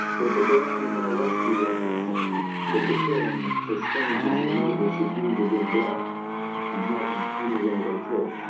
with the daring of our rescue workers with the caring for strangers and neighbors who came to give blood and help in any way they could